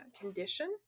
condition